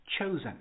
chosen